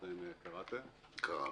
קראנו.